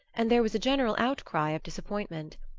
and there was a general outcry of disappointment.